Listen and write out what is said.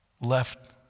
left